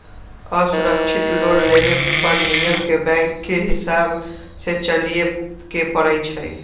असुरक्षित लोन लेबे पर नियम के बैंकके हिसाबे से चलेए के परइ छै